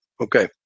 Okay